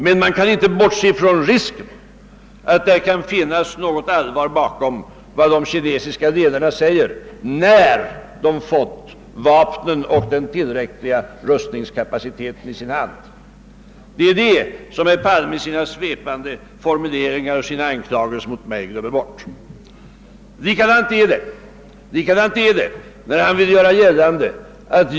Men man kan inte bortse från risken att det kan ligga något allvar bakom de kinesiska ledarnas tal, när de har fått tillräckligt med vapen och en tillräcklig rustningskapacitet. Det är den risken som herr Palme i sina svepande formuleringar, sina anklagelser mot mig och utan konsekvens med hans eget resonemang om Hitler glömmer bort.